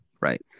right